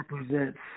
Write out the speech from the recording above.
represents